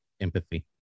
empathy